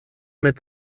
mit